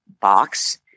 box